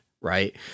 Right